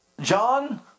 John